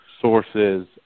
sources